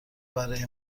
برای